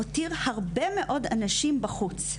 מותיר הרבה מאוד אנשים בחוץ,